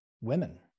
women